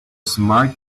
smart